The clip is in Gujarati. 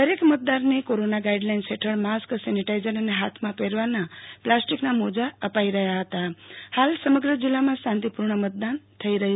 દરેક મતદારને કોરોના ગાઈડલાઇન્સ ફેઠળ માસ્ક સેનેટાઈઝર અને હાથમાં પહેરવાના પ્લાસ્ટિકના મોજા અપાઈ રહ્યા છે હાલ સમગ્ર જિલ્લામાં શાંતિ પૂર્ણ મતદાન થઈ રહ્યું